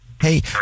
Hey